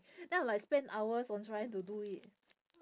then I'll like spend hours on trying to do it